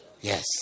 Yes